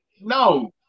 no